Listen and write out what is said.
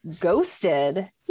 Ghosted